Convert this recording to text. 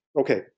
Okay